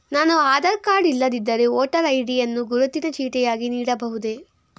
ನಾನು ಆಧಾರ ಕಾರ್ಡ್ ಇಲ್ಲದಿದ್ದರೆ voter ID ಯನ್ನು ಗುರುತಿನ ಚೀಟಿಯಾಗಿ ನೀಡಬಹುದೇ?